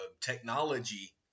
technology